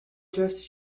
drift